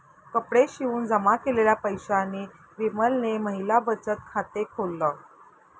कपडे शिवून जमा केलेल्या पैशांनी विमलने महिला बचत खाते खोल्ल